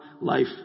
life